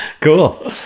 Cool